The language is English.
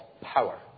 power